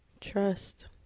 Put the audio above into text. Trust